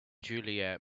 juliet